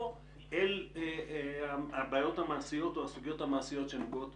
לגבי הסוגיות המעשיות או הבעיות המעשיות שנוגעות